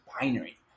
binary